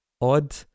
odd